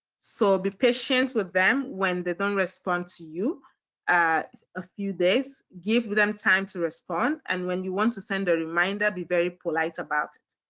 so be patient with them when they don't respond to you in a few days. give them time to respond and when you want to send a reminder be very polite about it.